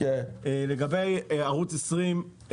לגבי ערוץ 20,